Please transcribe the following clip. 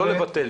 לא לבטל.